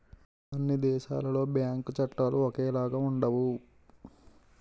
అన్ని దేశాలలో బ్యాంకు చట్టాలు ఒకేలాగా ఉండవు